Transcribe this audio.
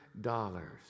dollars